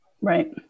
right